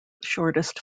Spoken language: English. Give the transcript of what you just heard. shortest